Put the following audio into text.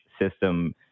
system